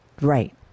Right